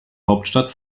hauptstadt